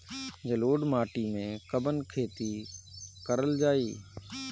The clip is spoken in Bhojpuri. जलोढ़ माटी में कवन खेती करल जाई?